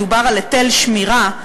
מדובר בהיטל שמירה,